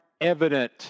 evident